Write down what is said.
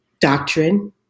doctrine